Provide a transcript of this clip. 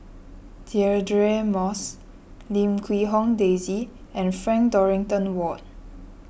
Deirdre Moss Lim Quee Hong Daisy and Frank Dorrington Ward